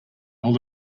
hold